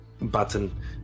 button